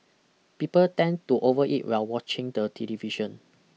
people tend to overeat while watching the television